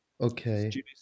Okay